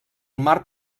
mar